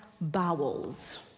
bowels